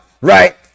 right